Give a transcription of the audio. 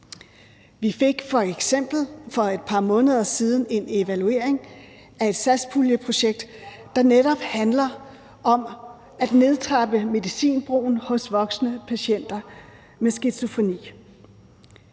Vi fik f.eks. for et par måneder siden en evaluering af et satspuljeprojekt, der netop handler om at nedtrappe medicinforbruget hos voksne patienter med skizofreni.